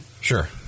sure